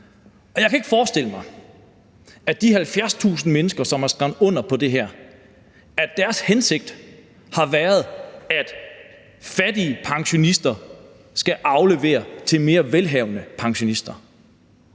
Og jeg kan ikke forestille mig, at de 70.000 mennesker, som har skrevet under på det her, har haft til hensigt, at fattige pensionister skal aflevere til mere velhavende pensionister.